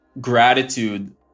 gratitude